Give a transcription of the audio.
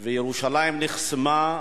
ירושלים נחסמה.